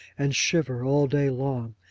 and shiver, all day long,